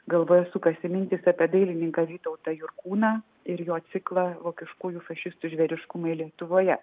galvoje sukasi mintys apie dailininką vytautą jurkūną ir jo ciklą vokiškųjų fašistų žvėriškumai lietuvoje